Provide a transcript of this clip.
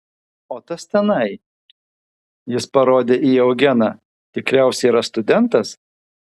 o tas tenai jis parodė į eugeną tikriausiai yra studentas